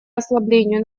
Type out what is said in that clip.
ослаблению